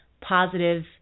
positive